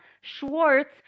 Schwartz